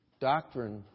doctrine